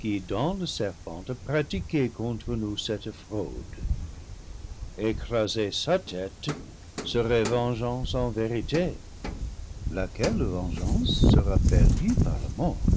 qui dans le serpent a pratiqué contre nous cette fraude ecraser sa tête serait vengeance en vérité laquelle vengeance sera perdue par la mort